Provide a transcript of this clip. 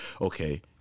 okay